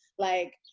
like.